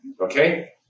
Okay